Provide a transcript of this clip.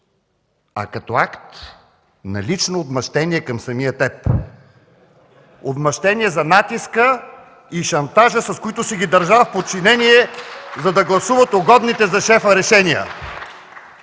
а като акт на лично отмъщение към самия теб?! Отмъщение за натиска и шантажа, с които си ги държал в подчинение, за да гласуват угодните за шефа решения!